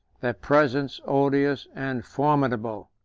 their presence odious and formidable.